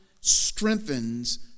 strengthens